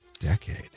Decade